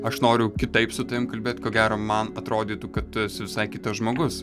aš noriu kitaip su tavim kalbėt ko gero man atrodytų kad tu esi visai kitas žmogus